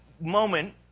moment